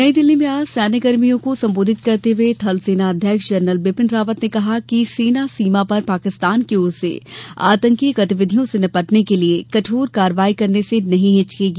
नई दिल्ली में आज सैन्यकर्मियों को संबोधित करते हुए थल सेनाध्यक्ष जनरल बिपिन रावत ने कहा कि सेना सीमा पर पाकिस्तान की ओर से आतंकी गतिविधियों से निपटने के लिए कठोर कार्रवाई करने से नहीं हिचकेगी